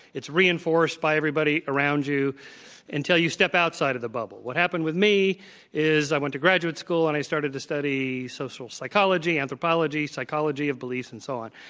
it's reinforced by everybody around you until you step outside of the bubble. what happened with me is i went to graduate school and i started to study social psychology, anthropology, psychology, and beliefs, and so on.